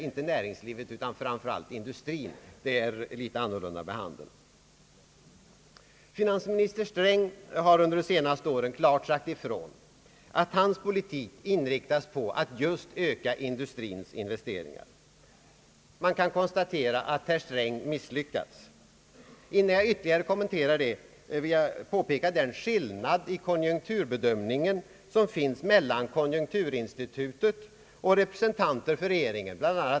Finansminister Sträng har under de senaste åren klart sagt ifrån att hans politik inriktas på att just öka industrins investeringar. Man kan konstatera att herr Sträng har misslyckats. Innan jag ytterligare kommenterar detta, vill jag påpeka den skillnad i konjunkturbedömning som finns mellan konjunkturinstitutet och representanter för regeringen.